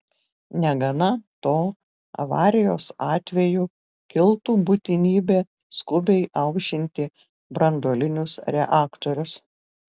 negana to avarijos atveju kiltų būtinybė skubiai aušinti branduolinius reaktorius